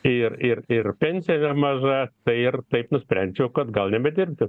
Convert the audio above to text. ir ir ir pensija maža tai ir taip nusprendžiau kad gal nebedirbi